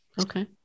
Okay